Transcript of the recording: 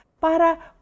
para